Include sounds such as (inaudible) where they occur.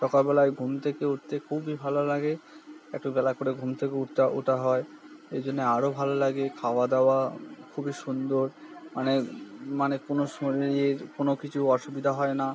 সকালবেলায় ঘুম থেকে উঠতে খুবই ভালো লাগে একটু বেলা করে ঘুম থেকে উঠা হয় এই জন্য আরও ভালো লাগে খাওয়া দাওয়া খুবই সুন্দর মানে মানে কোনো (unintelligible) কোনো কিছু অসুবিধা হয় না